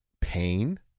pain